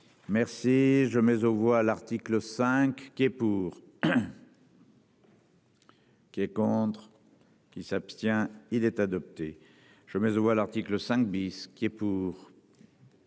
Merci je mais aux voix l'article 5 qui est pour. Qui est contre qui s'abstient il est adopté. Je me vois l'article 5 bis qui est pour.